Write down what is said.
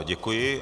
Děkuji.